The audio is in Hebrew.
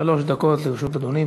שלוש דקות לרשות אדוני.